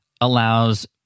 allows